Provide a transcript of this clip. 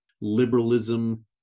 Liberalism